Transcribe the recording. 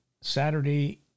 Saturday